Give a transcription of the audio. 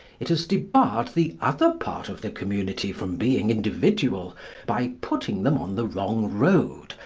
it has debarred the other part of the community from being individual by putting them on the wrong road,